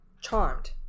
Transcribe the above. charmed